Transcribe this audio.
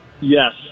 Yes